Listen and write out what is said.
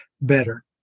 better